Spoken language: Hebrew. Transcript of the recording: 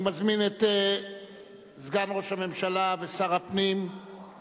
אני מזמין את סגן ראש הממשלה ושר הפנים,